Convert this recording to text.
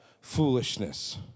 foolishness